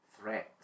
threats